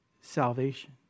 salvation